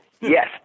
Yes